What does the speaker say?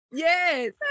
Yes